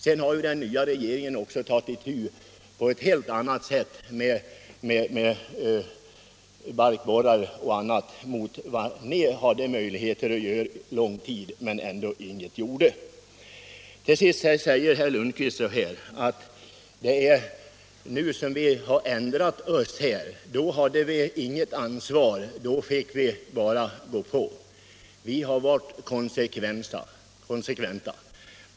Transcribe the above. Den nya regeringen har tagit itu med frågan om bekämpning av barkborrar 0. d. på ett helt annat sätt än den socialdemokratiska regeringen, som ju hade möjligheter under lång tid men ändå inte gjorde någonting. Herr Lundkvist säger att det är vi som ändrat oss sedan vi fått ansvaret. Då hade vi inget ansvar. Då fick vi bara gå på enligt herr Lundkvist. Vi har varit konsekventa.